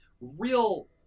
real